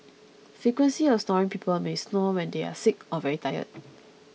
frequency of snoring people may snore when they are sick or very tired